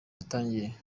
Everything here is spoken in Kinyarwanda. yatangiye